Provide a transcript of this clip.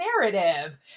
narrative